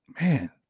man